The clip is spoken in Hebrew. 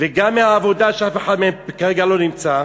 "וגם מהעבודה" שאף אחד מהם כרגע לא נמצא,